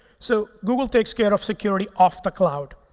so google takes care of security off the cloud.